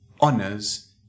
honors